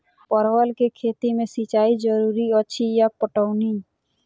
परवल केँ खेती मे सिंचाई जरूरी अछि या पटौनी?